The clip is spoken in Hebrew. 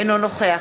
אינו נוכח